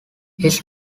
his